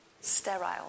sterile